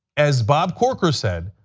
as bob corker said,